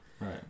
right